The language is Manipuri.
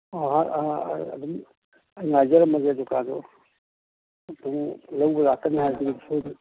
ꯑꯗꯨꯝ ꯑꯩ ꯉꯥꯏꯖꯔꯝꯃꯒꯦ ꯗꯨꯀꯥꯟꯗꯣ ꯄꯨꯡ ꯂꯧꯕ ꯂꯥꯛꯀꯅꯤ ꯍꯥꯏꯔꯗꯤ ꯁꯣꯏꯗ